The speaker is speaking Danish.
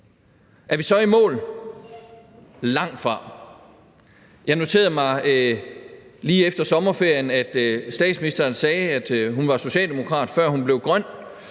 Er vi så i mål? Langtfra. Jeg noterede mig lige efter sommerferien, at statsministeren sagde, at hun var socialdemokrat, før hun blev grøn,